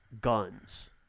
guns